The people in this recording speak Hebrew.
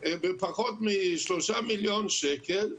בפחות משלושה מיליון שקלים,